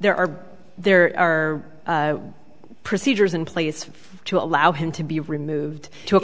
there are there are procedures in place to allow him to be removed to a